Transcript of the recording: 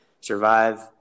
survive